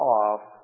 off